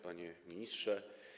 Panie Ministrze!